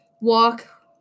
walk